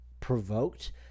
Provoked